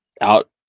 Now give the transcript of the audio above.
out